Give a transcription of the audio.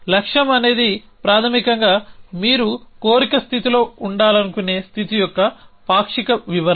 లక్ష్యం అనేది ప్రాథమికంగా మీరు కోరిక స్థితిలో ఉండాలనుకునే స్థితి యొక్క పాక్షిక వివరణ